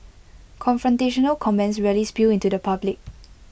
confrontational comments rarely spill into the public